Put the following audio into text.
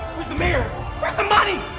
the mayor, where's the money?